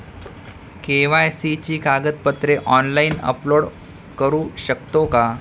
KYC ची कागदपत्रे online upload करू शकतो का?